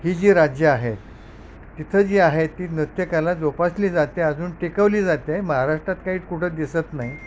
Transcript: ही जी राज्यं आहेत तिथं जी आहे ती नृत्यकला जोपासली जाते अजून टिकवली जाते महाराष्ट्रात काही कुठं दिसत नाही